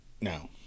now